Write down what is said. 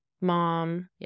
mom